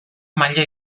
maila